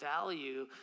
value